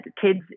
kids